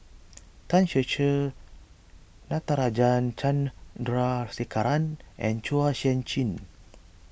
Tan Ser Cher Natarajan Chandrasekaran and Chua Sian Chin